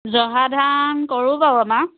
জহাধান কৰোঁ বাৰু আমাৰ